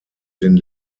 den